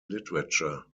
literature